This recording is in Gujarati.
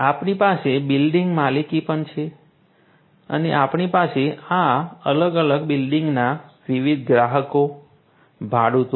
આપણી પાસે બિલ્ડિંગ માલિક પણ છે અને આપણી પાસે આ અલગ અલગ બિલ્ડિંગના વિવિધ ગ્રાહકો ભાડૂતો છે